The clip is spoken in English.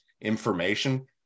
information